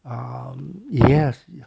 um yes ya